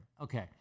Okay